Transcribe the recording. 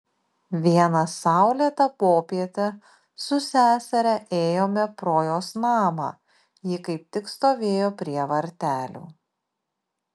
vieną saulėtą popietę su seseria ėjome pro jos namą ji kaip tik stovėjo prie vartelių